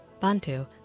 Bantu